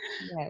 Yes